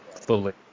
fully